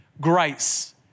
grace